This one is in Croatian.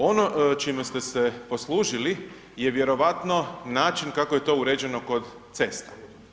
Ono čime ste se poslužili je vjerovatno način kako je to uređeno kod cesta.